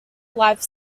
life